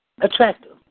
attractive